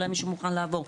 אולי מישהו מוכן לעבור,